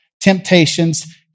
temptations